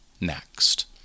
next